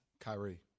Kyrie